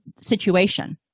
situation